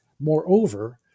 Moreover